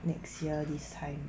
next year this time